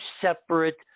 separate